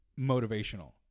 motivational